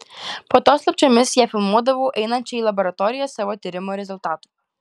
po to slapčiomis ją filmuodavau einančią į laboratoriją savo tyrimo rezultatų